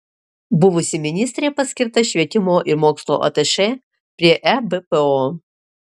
buvusi ministrė paskirta švietimo ir mokslo atašė prie ebpo